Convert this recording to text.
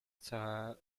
cała